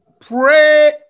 Pray